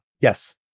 Yes